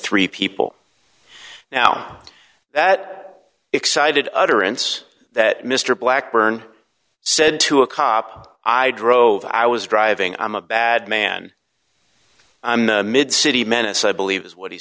three people now that excited utterance that mr blackburn said to a cop i drove i was driving i'm a bad man i'm the mid city menace i believe is what he